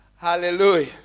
Hallelujah